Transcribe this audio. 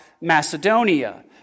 Macedonia